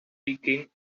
digging